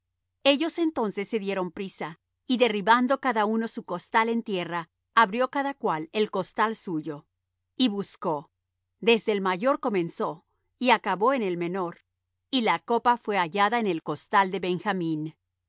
ellos entonces se dieron prisa y derribando cada uno su costal en tierra abrió cada cual el costal suyo y buscó desde el mayor comenzó y acabó en el menor y la copa fué hallada en el costal de benjamín